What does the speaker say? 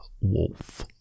wolf